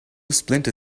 splinter